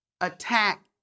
attack